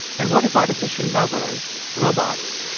and what if artificial lovers, robots,